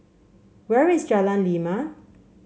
where is Jalan Lima